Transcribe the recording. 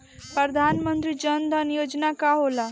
प्रधानमंत्री जन धन योजना का होला?